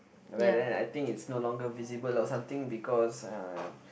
but then I think it's no longer visible or something because uh